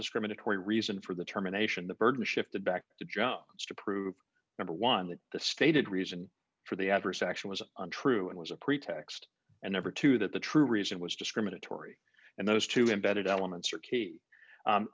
discriminatory reason for the terminations the burden shifted back to jobs to prove number one that the stated reason for the average section was untrue and was a pretext and number two that the true reason was discriminatory and those two embedded elements are k